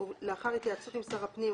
לאחר התייעצות עם שר הפנים,